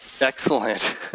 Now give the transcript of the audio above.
Excellent